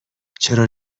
چرا